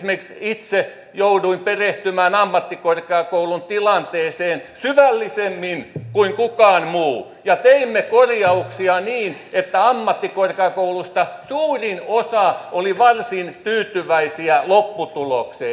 esimerkiksi itse jouduin perehtymään ammattikorkeakoulun tilanteeseen syvällisemmin kuin kukaan muu ja teimme korjauksia niin että ammattikorkeakouluista suurin osa oli varsin tyytyväisiä lopputulokseen